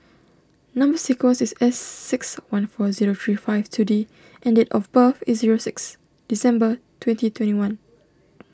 Number Sequence is S six one four zero three five two D and date of birth is zero six December twenty twenty one